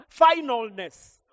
finalness